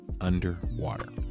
underwater